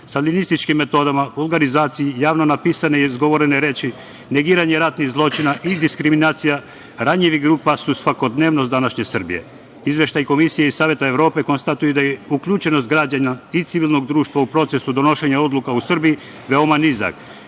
staljinističkim metodama, vulgarizaciji, javno napisane i izgovorene reči, negiranje ratnih zločina i diskriminacija ranjivih grupa su svakodnevnost današnje Srbije. Izveštaj Komisije iz Saveta Evrope konstatuje da je uključenost građana i civilnog društva u procesu donošenja odluka u Srbiji veoma nizak,